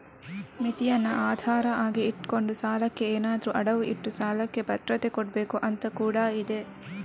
ಮಿತಿಯನ್ನ ಆಧಾರ ಆಗಿ ಇಟ್ಕೊಂಡು ಸಾಲಕ್ಕೆ ಏನಾದ್ರೂ ಅಡವು ಇಟ್ಟು ಸಾಲಕ್ಕೆ ಭದ್ರತೆ ಕೊಡ್ಬೇಕು ಅಂತ ಕೂಡಾ ಇದೆ